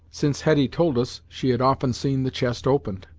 since hetty told us she had often seen the chest opened.